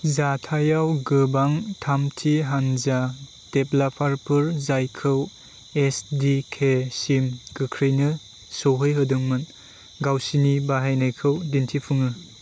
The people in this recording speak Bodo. जाथायाव गोबां थामथि हानजा डेभलापारफोर जायखौ एस डि के सिम गोख्रैनो सौहैहोदोंमोन गावसिनि बाहायनायखौ दिन्थिफुङो